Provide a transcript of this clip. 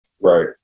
Right